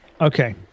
Okay